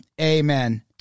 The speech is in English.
Amen